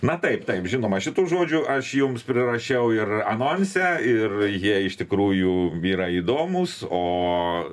na taip taip žinoma šitų žodžių aš jums prirašiau ir anonse ir jie iš tikrųjų yra įdomūs o